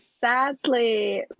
sadly